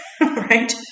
Right